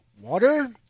water